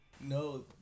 No